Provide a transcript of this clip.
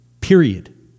period